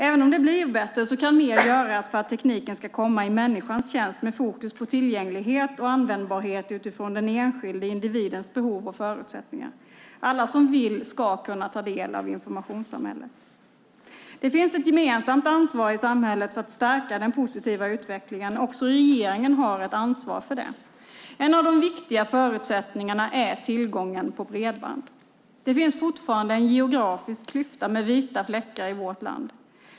Även om det blir bättre kan mer göras för att tekniken ska komma i människans tjänst med fokus på tillgänglighet och användbarhet utifrån den enskilde individens behov och förutsättningar. Alla som vill ska kunna ta del av informationssamhället. Det finns ett gemensamt ansvar i samhället för att stärka den positiva utvecklingen. Också regeringen har ett ansvar för det. En av de viktiga förutsättningarna är tillgången till bredband. Det finns fortfarande en geografisk klyfta, med vita fläckar, i vårt land.